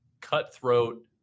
cutthroat